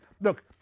Look